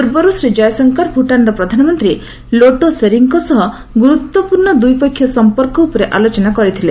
ପୂର୍ବରୁ ଶ୍ରୀ କୟଶଙ୍କର ଭୁଟାନ୍ର ପ୍ରଧାନମନ୍ତ୍ରୀ ଲୋଟେ ସେରିଙ୍ଗ୍ଙ୍କ ସହ ଗୁରୁତ୍ୱପୂର୍ଣ୍ଣ ଦ୍ୱିପକ୍ଷୀୟ ସମ୍ପର୍କ ଉପରେ ଆଲୋଚନା କରିଥିଲେ